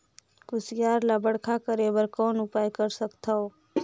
कुसियार ल बड़खा करे बर कौन उपाय कर सकथव?